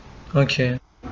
okay